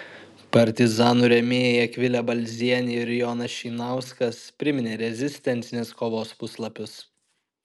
partizanų rėmėjai akvilė balzienė ir jonas šeinauskas priminė rezistencinės kovos puslapius